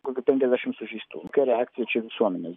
kokia penkiasdešimt sužeistų kokia reakcija čia visuomenės